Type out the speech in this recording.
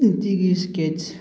ꯅꯨꯡꯇꯤꯒꯤ ꯏꯁꯀꯦꯠꯁ